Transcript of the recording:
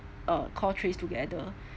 uh called tracetogether